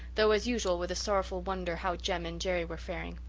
though as usual with a sorrowful wonder how jem and jerry were faring.